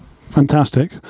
fantastic